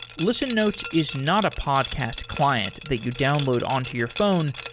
listen notes is not a podcast client that you download on to your phone,